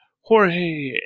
Jorge